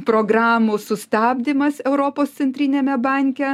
programų sustabdymas europos centriniame banke